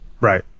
Right